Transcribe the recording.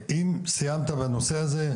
אם סיימת בנושא הזה,